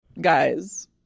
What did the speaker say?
Guys